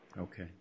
Okay